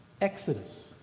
Exodus